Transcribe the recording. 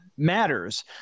matters